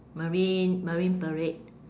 marine marine parade